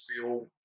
feel